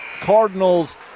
cardinals